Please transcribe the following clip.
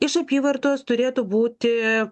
iš apyvartos turėtų būti